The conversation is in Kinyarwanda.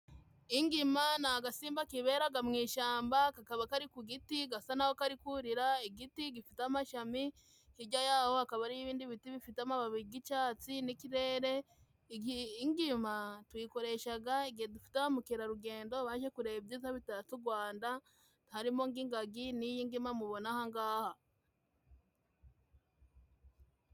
Ingima ni agasimba kiberaga mu ishamba kakaba kari ku giti, gasa naho kari kurira igiti gifite amashami, hijya yaho hakaba hari ibindi biti bifite amababi g'icatsi n'ikirere. Ingima tuyikoreshaga igihe dufite ba mukerarugendo baje kureba ibyiza bitatse u Gwanda harimo nk'ingagi n'iyi ngima mubona aha ngaha.